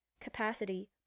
Capacity